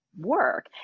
work